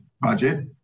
budget